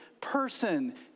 person